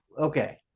okay